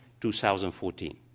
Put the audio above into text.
2014